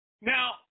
Now